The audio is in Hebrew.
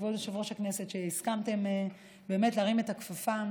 כבוד יושב-ראש הכנסת, שהסכמת באמת להרים את הכפפה.